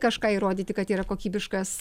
kažką įrodyti kad yra kokybiškas